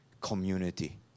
community